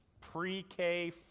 pre-K